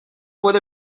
puedo